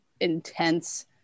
intense